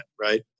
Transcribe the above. right